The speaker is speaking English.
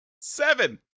Seven